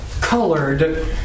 colored